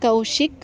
Kaushik